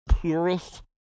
purest